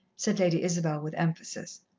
said lady isabel with emphasis.